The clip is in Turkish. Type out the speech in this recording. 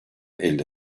elle